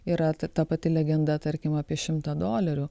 yra ta pati legenda tarkim apie šimtą dolerių